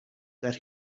that